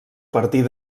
partir